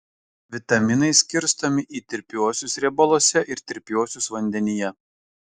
vitaminai skirstomi į tirpiuosius riebaluose ir tirpiuosius vandenyje